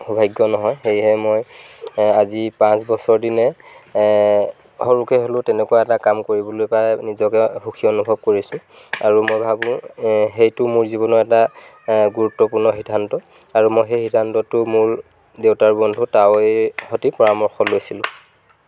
সৌভাগ্য নহয় সেয়েহে মই আজি পাঁচ বছৰ দিনে সৰুকে হ'লেও তেনেকুৱা এটা কাম কৰিবলৈ পাই নিজকে সুখী অনুভৱ কৰিছোঁ আৰু মই ভাবোঁ সেইটো মোৰ জীৱনৰ এটা গুৰুত্বপূৰ্ণ সিদ্ধান্ত আৰু মই সেই সিদ্ধান্তটো মোৰ দেউতাৰ বন্ধু তাৱৈৰ সৈতে পৰামৰ্শ লৈছিলোঁ